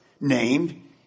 named